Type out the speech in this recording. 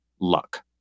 luck